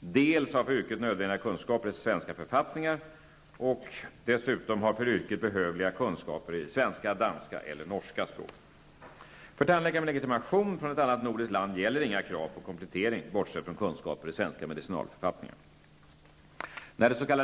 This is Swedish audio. dels har för yrket nödvändiga kunskaper i svenska författningar, dels har för yrket behövliga kunskaper i svenska, danska eller norska språket. För tandläkare med legitimation från ett annat nordiskt land gäller inga krav på komplettering bortsett från kunskaper i svenska medicinalförfattningar.